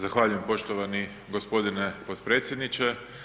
Zahvaljujem poštovani gospodine potpredsjedniče.